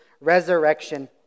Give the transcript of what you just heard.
resurrection